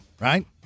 right